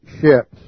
ships